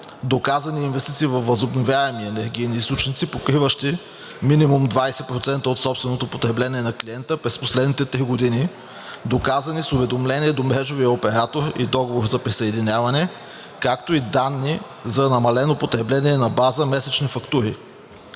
доказани инвестиции във възобновяеми енергийни източници, покриващи минимум 20% от собственото потребление на клиента през последните три години, доказани с уведомление до мрежовия оператор и договор за присъединяване, както и данни за намалено потребление на база месечни фактури;